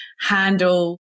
handle